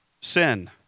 sin